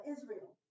Israel